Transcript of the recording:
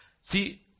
See